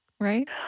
right